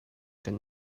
kan